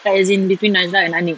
but as in between najlah and aniq